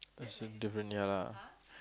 also different ya lah